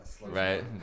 Right